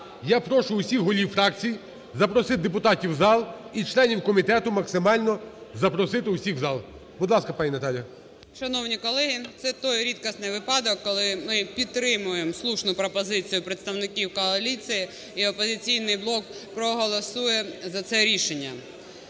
Я прошу всіх голів фракцій запросити депутатів у зал і членів комітету максимально запросити всіх у зал. Будь ласка, пані Наталія. 13:53:22 КОРОЛЕВСЬКА Н.Ю. Шановні колеги, це той рідкісний випадок, коли ми підтримуємо слушну пропозицію представників коаліції і "Опозиційний блок" проголосує за це рішення.